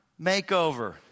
makeover